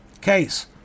Case